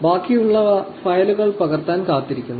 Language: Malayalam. ബാക്കിയുള്ളവ ഫയലുകൾ പകർത്താൻ കാത്തിരിക്കുന്നു